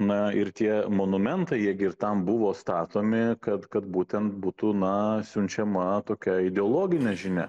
na ir tie monumentai jie gi ir tam buvo statomi kad kad būtent būtų na siunčiama tokia ideologinė žinia